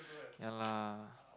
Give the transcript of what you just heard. ya lah